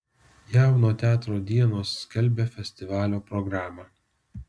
jauno teatro dienos skelbia festivalio programą